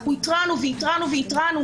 אנחנו התרענו והתרענו.